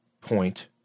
point